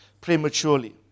prematurely